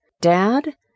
Dad